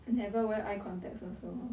I never wear eye contacts also